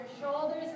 shoulders